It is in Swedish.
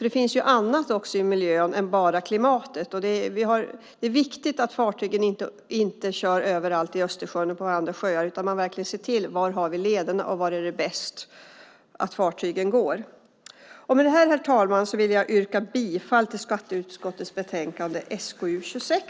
Det ingår annat i miljön än bara klimatet. Det är viktigt att fartygen inte kör överallt i Östersjön och på andra sjöar utan att vi verkligen ser till att vi vet var vi har lederna och var det är bäst att fartygen går. Med detta, herr talman, yrkar jag bifall till förslaget i skatteutskottets betänkande SkU26.